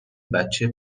بچه